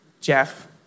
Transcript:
Jeff